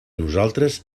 nosaltres